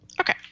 Okay